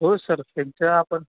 हो सर त्यांच्या आपण